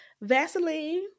Vaseline